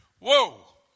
Whoa